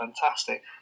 fantastic